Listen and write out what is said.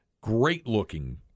great-looking